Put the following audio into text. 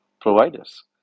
providers